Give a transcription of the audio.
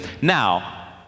Now